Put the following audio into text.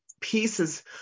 pieces